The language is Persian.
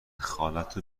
خالتو